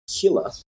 killer